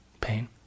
pain